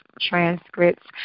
transcripts